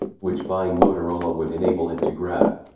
which buying motorola would enable it to grab.